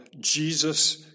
Jesus